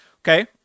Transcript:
okay